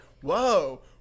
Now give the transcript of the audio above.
whoa